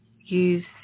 use